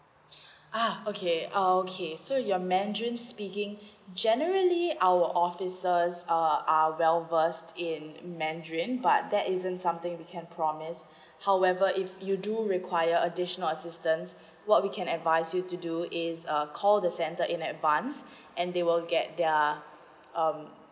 uh okay uh okay so you are mandarin speaking generally our officers a uh well versed in mandarin but that isn't something we can promise however if you do require additional assistance what we can advise you to do is err call the center in advance and they will get their um